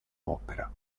opera